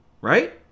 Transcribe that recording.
right